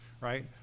right